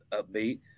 upbeat